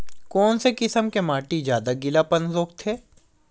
कोन से किसम के माटी ज्यादा गीलापन रोकथे?